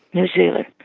new zealand,